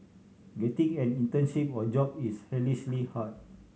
getting an internship or job is hellishly hard